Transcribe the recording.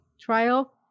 trial